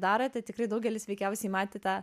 darote tikrai daugelis veikiausiai matėte